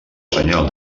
senyal